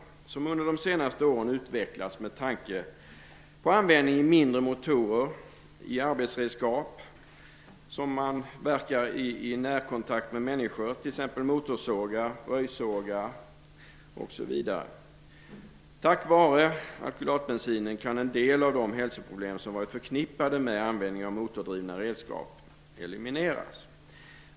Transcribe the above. Den har utvecklats under de senaste åren med tanke på användning i mindre motorer, i arbetsredskap som verkar i nära kontakt med människor, t.ex. motorsågar och röjsågar. Tack vare alkylatbensinen kan en del av de hälsoproblem som har varit förknippade med användningen av motordrivna redskap elimineras.